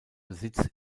besitz